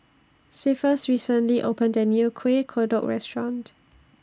Cephus recently opened A New Kueh Kodok Restaurant